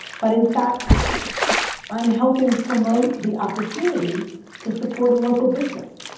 but in fact i'm helping promote the opportunity to support a local business.